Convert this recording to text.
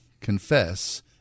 confess